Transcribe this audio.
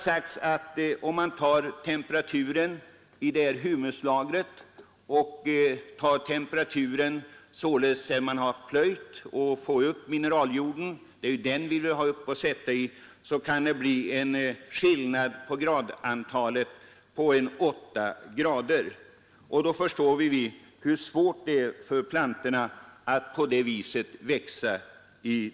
Om man jämför temperaturen i humuslagret med temperaturen efter plöjningen i mineraljorden — det är den vi vill ha fram och plantera i — kan man finna skillnader på 8 grader. Vi förstår då hur svårt det måste vara för plantorna att växa i det tjocka humustäcket.